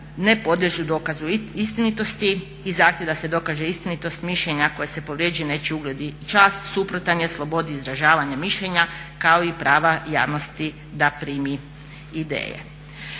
ne podliježu dokazu istinitosti i zahtjev da se dokaže istinitost mišljenja kojim se potvrđuje nečiji ugled i čast suprotan je slobodi izražavanja mišljenja kao i prava javnosti da primi ideje.